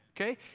okay